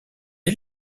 est